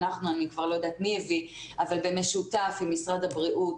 אני כבר לא יודעת מי הביא אבל זה במשותף עם משרד הבריאות